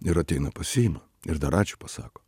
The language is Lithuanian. ir ateina pasiima ir dar ačiū pasako